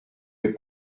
les